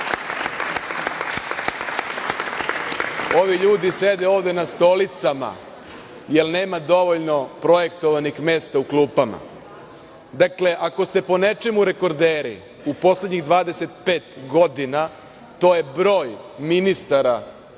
Ovi ljudi sede ovde na stolicama, jer nema dovoljno projektovanih mesta u klupama. Dakle, ako ste po nečemu rekorderi u poslednjih 25 godina, to je broj ministara koliko